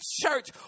church